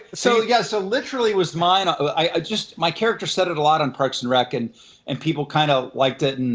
so yeah so, literally was mine. just, my character said it a lot on parks and rec, and and people kind of liked it. and